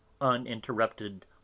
uninterrupted